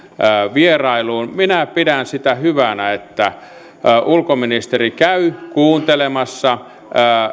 vierailuun minä pidän hyvänä sitä että ulkoministeri käy kuuntelemassa